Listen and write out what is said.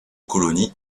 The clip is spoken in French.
colonie